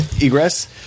egress